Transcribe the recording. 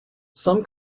some